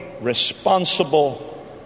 responsible